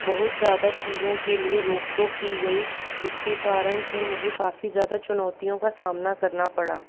बहुत ज़्यादा चीज़ों के लिए रोक टोक की गई जिसके कारण से मुझे काफ़ी ज़्यादा चुनौतियों का सामना करना पड़ा